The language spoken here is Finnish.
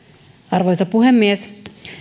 arvoisa puhemies